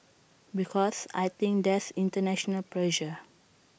because I think there's International pressure